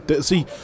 See